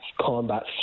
combat